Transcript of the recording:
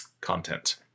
content